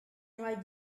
write